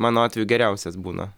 mano atveju geriausias būna